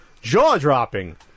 jaw-dropping